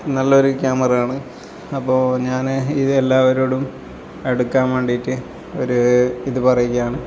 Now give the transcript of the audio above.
നല്ലൊരു ക്യാമറയാണ് അപ്പോൾ ഞാൻ ഇത് എല്ലാവരോടും എടുക്കാൻ വേണ്ടീട്ട് ഒരു ഇത് പറയുകയാണ്